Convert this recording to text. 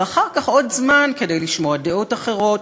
ואחר כך עוד זמן כדי לשמוע דעות אחרות,